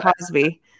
Cosby